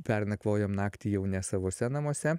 pernakvojom naktį jau ne savuose namuose